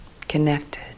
connected